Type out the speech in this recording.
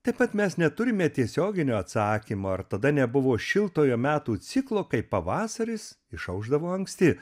taip pat mes neturime tiesioginio atsakymo ar tada nebuvo šiltojo metų ciklo kai pavasaris išaušdavo anksti